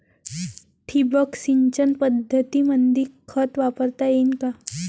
ठिबक सिंचन पद्धतीमंदी खत वापरता येईन का?